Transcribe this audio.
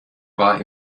war